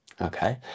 okay